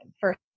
first